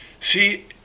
see